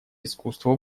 искусство